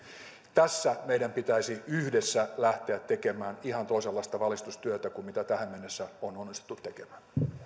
tässä meidän pitäisi yhdessä lähteä tekemään ihan toisenlaista valistustyötä kuin tähän mennessä on onnistuttu tekemään